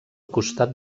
costat